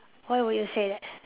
why would you say that